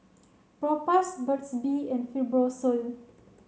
propass Burt's bee and Fibrosol